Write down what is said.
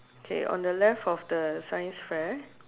K on the left of the science fair